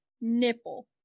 nipple